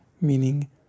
Meaning